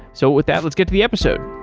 so with that, let's get to the episode.